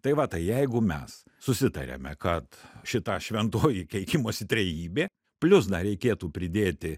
tai va tai jeigu mes susitariame kad šita šventoji keikimosi trejybė plius dar reikėtų pridėti